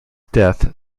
death